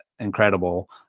incredible